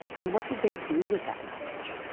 and what did they do with that knowledge?